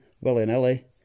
willy-nilly